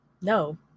No